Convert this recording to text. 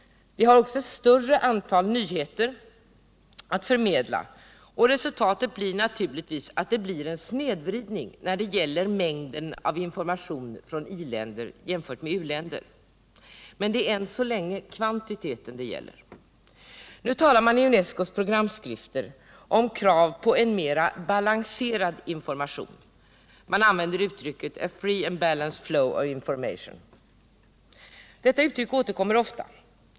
De har också ett större antal nyheter att förmedla, och resultatet blir naturligtvis en snedvridning när det gäller mängden av information från i-länder jämfört med u-länder. Men det är än så länge kvantiteten det gäller. Nu talar man i UNESCO:s programskrifter om krav på en mera balanserad information. Man använder uttrycket ”a free and balanced flow of information”. Detta uttryck återkommer ofta.